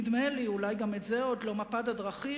נדמה לי, אולי גם את זה עוד לא, מפת הדרכים.